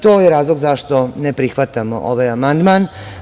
To je razlog zašto ne prihvatamo ovaj amandman.